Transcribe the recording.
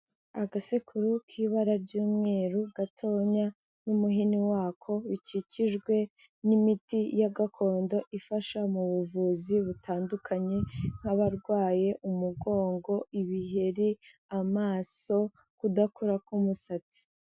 Agasekuru k'ibara ry'umweru gatoya, n'umuhini wako, bikikijwe n'imiti ya gakondo ifasha mu buvuzi butandukanye nk'abarwaye umugongo, ibiheri, amaso, kudakura k'umusatsi.